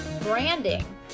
branding